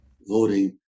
voting